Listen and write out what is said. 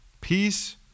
Peace